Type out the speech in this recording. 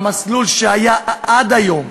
במסלול שהיה עד היום,